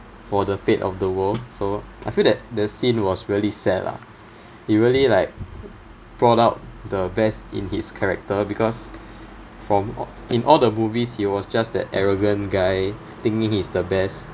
for the fate of the world so I feel that the scene was really sad lah it really like brought out the best in his character because from a~ in all the movies he was just that arrogant guy thinking he's the best